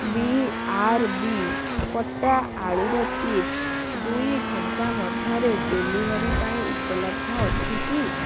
ବି ଆର ବି କଟା ଆଳୁର ଚିପ୍ସ୍ ଦୁଇ ଘଣ୍ଟା ମଧ୍ୟରେ ଡେଲିଭରି ପାଇଁ ଉପଲବ୍ଧ ଅଛି କି